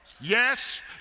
Yes